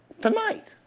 tonight